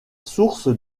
source